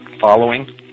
following